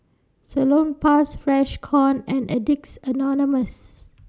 Salonpas Freshkon and Addicts Anonymous